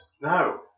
No